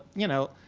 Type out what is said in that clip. you know,